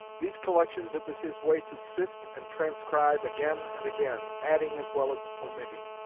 these collections it was his way to sift and transcribe again and again, adding as well as omitting.